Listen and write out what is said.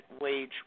wage